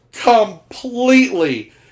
completely